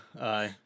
aye